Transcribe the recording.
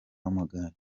w’amagare